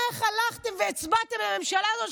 איך הלכתן והצבעתן לממשלה הזאת,